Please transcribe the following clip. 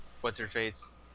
What's-her-face